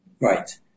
Right